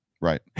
Right